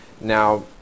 Now